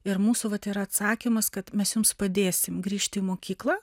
ir mūsų vat yra atsakymas kad mes jums padėsim grįžti į mokyklą